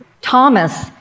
Thomas